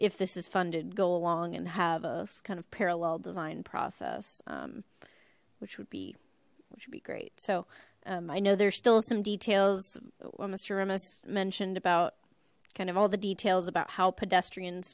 if this is fun to go along and have a kind of parallel design process um which would be which would be great so um i know there's still some details what mr ramus mentioned about kind of all the details about how pedestrians